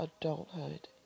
adulthood